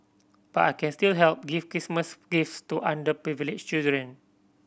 but I can still help give Christmas gifts to underprivileged children